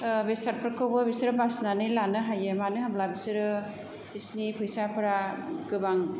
बेसादफोरखौबो बिसोरो बासिनानै लानो हायो मानो होनब्ला बिसोरो बिसोरनि फैसाफोरा गोबां